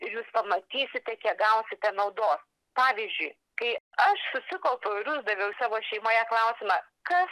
ir jūs pamatysite kiek gausite naudos pavyzdžiui kai aš susikaupiau ir uždaviau savo šeimoje klausimą kas